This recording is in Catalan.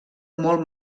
molt